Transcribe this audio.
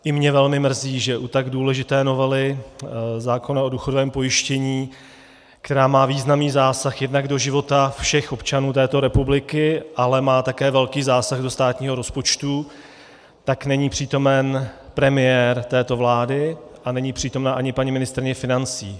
I mě velmi mrzí, že u tak důležité novely zákona o důchodovém pojištění, která má významný zásah jednak do života všech občanů této republiky, ale má také velký zásah do státního rozpočtu, není přítomen premiér této vlády a není přítomna ani paní ministryně financí.